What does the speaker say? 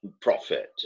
profit